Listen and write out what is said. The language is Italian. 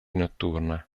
notturna